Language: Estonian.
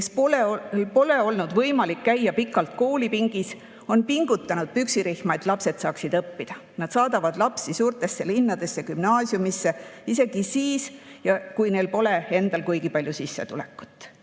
kel pole olnud võimalik käia pikalt koolipingis, on pingutanud püksirihma, et lapsed saaksid õppida. Nad saadavad lapsi suurtesse linnadesse gümnaasiumisse isegi siis, kui neil pole endal kuigi palju sissetulekut.